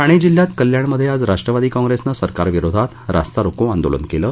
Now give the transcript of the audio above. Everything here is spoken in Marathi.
ठाणे जिल्ह्यात कल्याणमध्ये आज राष्ट्रवादी काँप्रेसनं सरकारविरोधात रास्ता रोको आंदोलन केलं